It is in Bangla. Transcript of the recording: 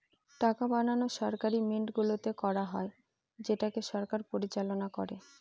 টাকা বানানো সরকারি মিন্টগুলোতে করা হয় যেটাকে সরকার পরিচালনা করে